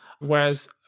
whereas